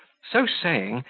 so saying,